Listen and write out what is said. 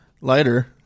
Lighter